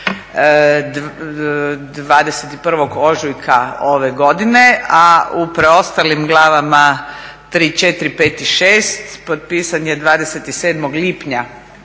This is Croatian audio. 21.ožujaka ove godine, a u preostalim glavama 3, 4, 5 i 6 potpisan je 27.lipnja